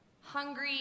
hungry